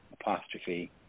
apostrophe